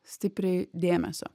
stipriai dėmesio